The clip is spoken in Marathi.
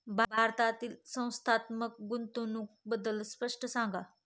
भारतातील संस्थात्मक गुंतवणूक बद्दल स्पष्ट सांगा